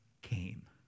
came